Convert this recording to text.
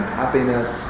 happiness